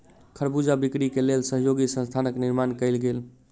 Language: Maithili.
खरबूजा बिक्री के लेल सहयोगी संस्थानक निर्माण कयल गेल